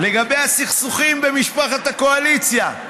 לגבי הסכסוכים במשפחת הקואליציה.